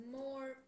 more